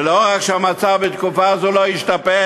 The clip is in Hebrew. ולא רק שהמצב בתקופה זו לא השתפר,